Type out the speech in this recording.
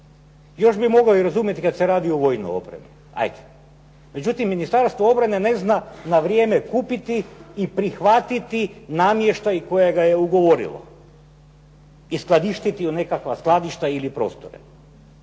Još bih mogao i razumjeti kad se radi o vojnoj opremi, hajd. Međutim, Ministarstvo obrane ne zna na vrijeme kupiti i prihvatiti namještaj kojega je ugovorilo i skladištiti u nekakva skladišta ili prostore.